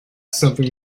something